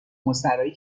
مستراحی